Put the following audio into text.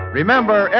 Remember